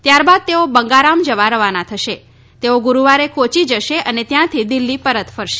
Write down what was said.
ત્યારબાદ તેઓ બંગારામ જવા રવાના થશે તેઓ ગુરૂવારે કોયી જશે અને ત્યાંથી દિલ્હી પરત ફરશે